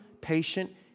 patient